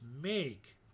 make